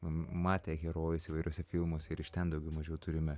matę herojus įvairiuose filmuose ir iš ten daugiau mažiau turime